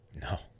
No